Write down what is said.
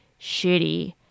shitty